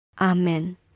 Amen